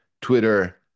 Twitter